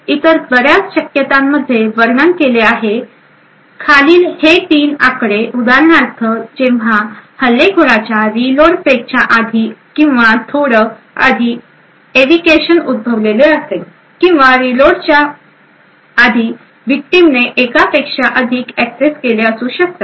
त्यामुळे इतर बर्याच शक्यतांमध्ये वर्णन केले आहे खालील हे 3 आकडे उदाहरणार्थ जेव्हा हल्लेखोराच्या रीलोड फेजच्या आधी किंवा थोड आधी एवीकेशन उद्भवलेले असेल किंवा रीलोडच्या आधी विक्टिमने एकापेक्षा अधिक एक्सेस केलेले असू शकतात